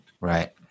Right